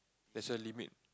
there's a limit